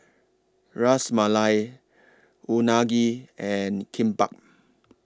Ras Malai Unagi and Kimbap